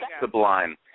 sublime